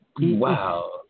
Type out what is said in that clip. Wow